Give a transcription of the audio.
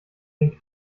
den